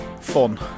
fun